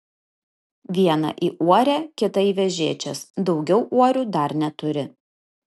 vieną į uorę kitą į vežėčias daugiau uorių dar neturi